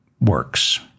works